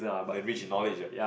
then rich in knowledge ah